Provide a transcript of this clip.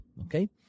okay